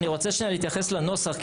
אני רוצה שנייה להתייחס לנוסח,